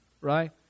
right